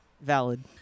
valid